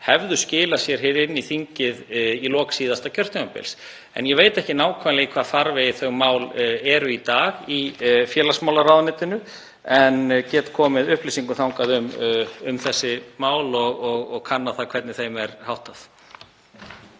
hefðu skilað sér inn í þingið í lok síðasta kjörtímabils. Ég veit ekki nákvæmlega í hvaða farvegi þau mál eru í dag í félagsmálaráðuneytinu en get komið upplýsingum áfram um þessi mál og kannað hvernig þeim er háttað.